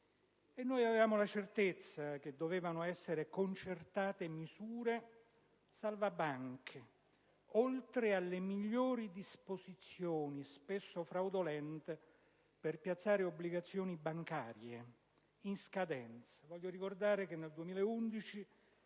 avuto la certezza che dovevano essere concertate misure salvabanche, oltre alle migliori disposizioni, spesso fraudolente, per piazzare obbligazioni bancarie in scadenza.